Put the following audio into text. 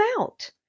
out